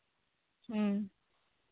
ᱦᱩᱸ